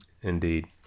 Indeed